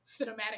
cinematic